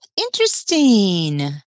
Interesting